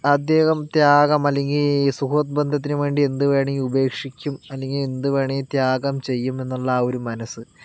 അദ്ദേഹം ത്യാഗം അല്ലെങ്കിൽ സുഹൃത്ബന്ധത്തിനു വേണ്ടി എന്തു വേണമെങ്കിൽ ഉപേക്ഷിക്കും അല്ലെങ്കിൽ എന്ത് വേണമെങ്കിൽ ത്യാഗം ചെയ്യുമെന്നുള്ള ആ ഒരു മനസ്സ്